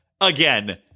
Again